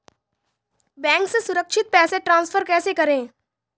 Bank से सुरक्षित पैसे ट्रांसफर कैसे करें?